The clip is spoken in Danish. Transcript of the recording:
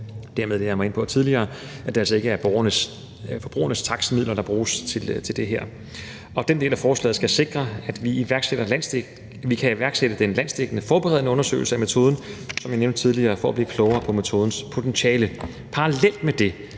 og det har jeg været inde på tidligere – er det altså ikke forbrugernes takstmidler, der bruges til det her. Den del af forslaget skal sikre, at vi kan iværksætte den landsdækkende forberedende undersøgelse af metoden, som jeg nævnte tidligere, for at blive klogere på metodens potentiale. Parallelt med det